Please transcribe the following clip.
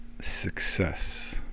success